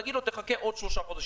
להגיד לו: תחכה עוד שלושה חודשים.